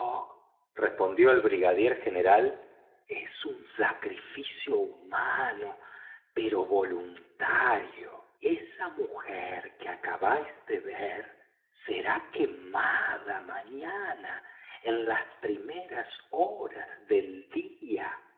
respondió el brigadier general es un sacrificio humano pero voluntario esa mujer que acabáis de ver será quemada mañana en las primeras horas del día